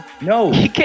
no